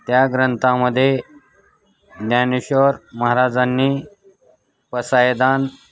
त्या ग्रंथामध्ये ज्ञानेश्वर महाराजांनी पसायदान